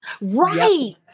Right